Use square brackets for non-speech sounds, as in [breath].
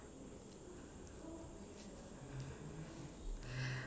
[breath]